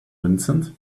vincent